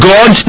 God